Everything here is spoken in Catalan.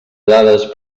dades